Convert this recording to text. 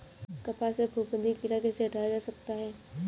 कपास से फफूंदी कीड़ा कैसे हटाया जा सकता है?